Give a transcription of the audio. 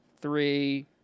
three